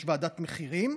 יש ועדת מחירים,